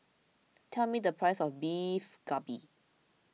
tell me the price of Beef Galbi